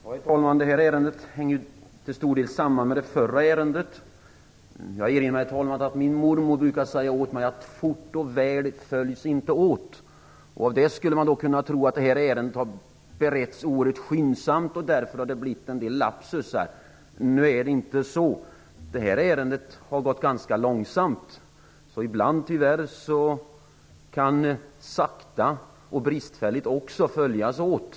Herr talman! Detta ärende hänger till stor del samman med det förra ärendet. Jag erinrar mig att min mormor brukade säga åt mig att fort och väl inte följs åt. Man skulle kunna tro att detta ärende har beretts oerhört skyndsamt, och därför har det blivit en del lapsusar. Så är det inte. Detta ärende har gått ganska långsamt. Ibland kan tyvärr sakta och bristfälligt också följas åt.